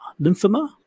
Lymphoma